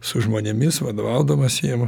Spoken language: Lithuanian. su žmonėmis vadovaudamas jiem aš